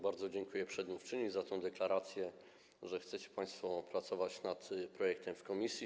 Bardzo dziękuję przedmówczyni za tę deklarację, że chcecie państwo pracować nad projektem na posiedzeniu komisji.